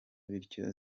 bityo